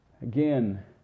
Again